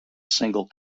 single